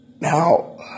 now